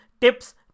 tips